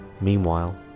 Meanwhile